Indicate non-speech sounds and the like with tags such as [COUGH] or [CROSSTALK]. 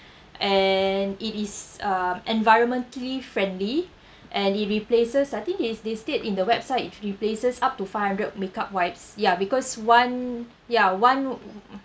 and it is um environmentally friendly and it replaces I think it's they state in the website it replaces up to five hundred makeup wipes ya because one ya one [NOISE]